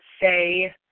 say